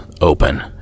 open